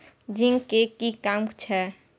Zinc के कि काम छै?